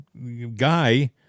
guy